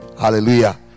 Hallelujah